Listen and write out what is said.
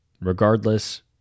Regardless